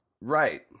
Right